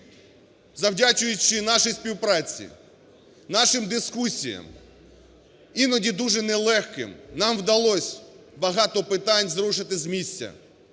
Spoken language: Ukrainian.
Завдячуючи нашій співпраці, нашим дискусіям, іноді дуже нелегким, нам вдалося багато питань зрушити з місця.